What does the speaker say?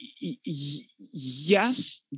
Yes